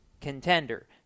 contender